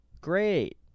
Great